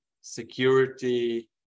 security